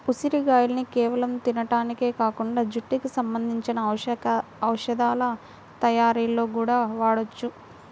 ఉసిరిగాయల్ని కేవలం తింటానికే కాకుండా జుట్టుకి సంబంధించిన ఔషధాల తయ్యారీలో గూడా వాడొచ్చు